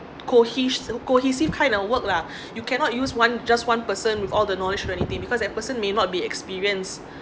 cohe~ cohesive kind of work lah you cannot use one just one person with all the knowledge of anything because a person may not be experienced